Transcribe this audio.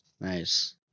Nice